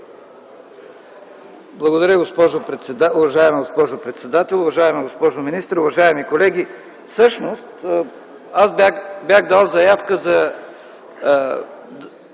(ДПС): Уважаема госпожо председател, уважаема госпожо министър, уважаеми колеги! Всъщност бях дал заявка за